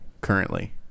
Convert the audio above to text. currently